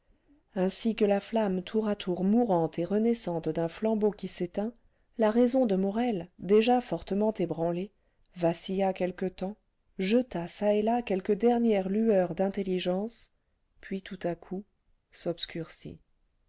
ainsi que la flamme tour à tour mourante et renaissante d'un flambeau qui s'éteint la raison de morel déjà fortement ébranlée vacilla quelque temps jeta çà et là quelques dernières lueurs d'intelligence puis tout à coup s'obscurcit